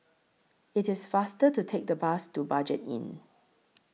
IT IS faster to Take The Bus to Budget Inn